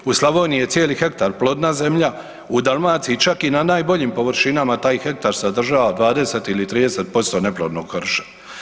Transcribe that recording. U Slavoniji je cijeli hektar plodna zemlja, u Dalmaciji čak i na najboljim površinama taj hektar sadržava 20 ili 30% neplodnog krša.